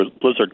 blizzard